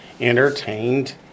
entertained